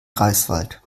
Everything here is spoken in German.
greifswald